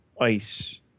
ice